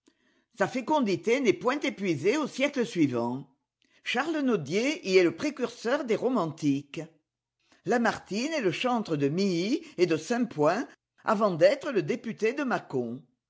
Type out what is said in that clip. sa fécondité n'est point épuisée au siècle suivant ch nodier y est le précurseur des romantiques lamartine est le chantre de milly et de saint point avant d'être le député de mâcon